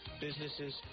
businesses